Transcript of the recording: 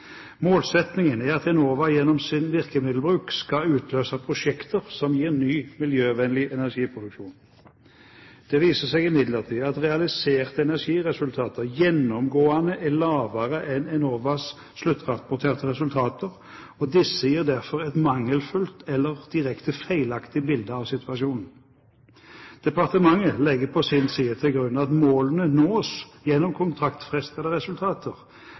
er at Enova gjennom sin virkemiddelbruk skal utløse prosjekter som gir ny, miljøvennlig energiproduksjon. Det viser seg imidlertid at realiserte energiresultater gjennomgående er lavere enn Enovas sluttrapporterte resultater, og disse gir derfor et mangelfullt eller direkte feilaktig bilde av situasjonen. Departementet legger på sin side til grunn at målene nås gjennom kontraktsfestede resultater,